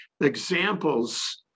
examples